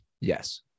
Yes